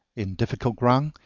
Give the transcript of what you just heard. in difficult ground,